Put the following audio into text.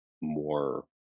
more